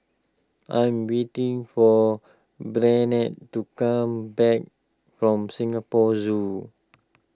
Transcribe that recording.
I'm waiting for Barnard to come back from Singapore Zoo